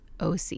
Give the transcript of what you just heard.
OC